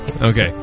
Okay